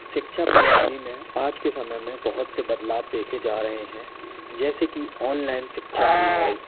शिक्षा प्रणाली में आज के समय में बहुत से बदलाव देखे जा रहे हैं जैसे कि ऑनलाइन शिक्षा प्रणाली